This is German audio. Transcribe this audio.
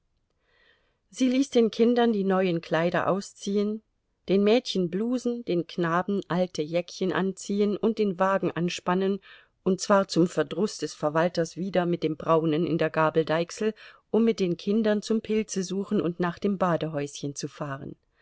sie ließ den kindern die neuen kleider ausziehen den mädchen blusen den knaben alte jäckchen anziehen und den wagen anspannen und zwar zum verdruß des verwalters wieder mit dem braunen in der gabeldeichsel um mit den kindern zum pilzesuchen und nach dem badehäuschen zu fahren